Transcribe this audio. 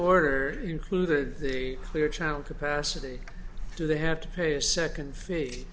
order included the clear channel capacity do they have to pay a second fee